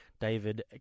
David